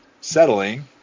settling